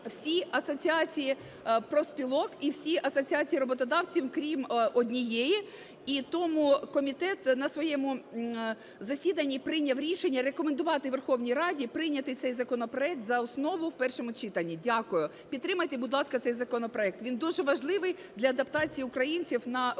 всі асоціації профспілок і всі асоціації роботодавців, крім однієї, і тому комітет на своєму засіданні прийняв рішення рекомендувати Верховній Раді прийняти цей законопроект за основу в першому читанні. Дякую. Підтримайте, будь ласка, цей законопроект. Він дуже важливий для адаптації українців у нових